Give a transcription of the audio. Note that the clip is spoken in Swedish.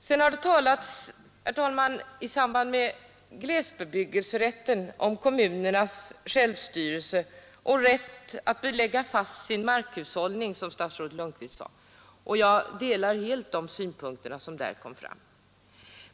Sedan har det, herr talman, i samband med glesbebyggelserätten talats om kommunernas självstyrelse och rätt att lägga fast sin markhushållning, som statsrådet Lundkvist sade. Jag delar de synpunkter som därvid kommit fram.